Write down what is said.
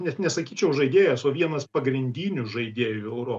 net nesakyčiau žaidėjas o vienas pagrindinių žaidėjų europ